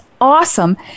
awesome